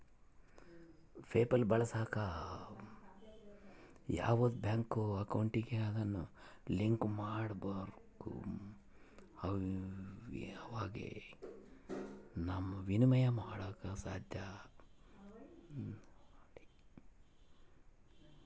PayPal ಬಳಸಾಕ ಯಾವ್ದನ bank ಅಕೌಂಟಿಗೆ ಅದುನ್ನ ಲಿಂಕ್ ಮಾಡಿರ್ಬಕು ಅವಾಗೆ ಃನ ವಿನಿಮಯ ಮಾಡಾಕ ಸಾದ್ಯ